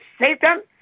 Satan